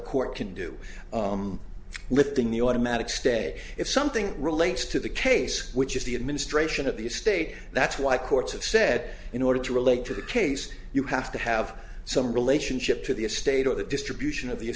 court can do within the automatic stay if something relates to the case which is the administration of the state that's why courts have said in order to relate to the case you have to have some relationship to the estate of the distribution of